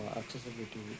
accessibility